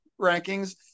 rankings –